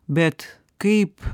bet kaip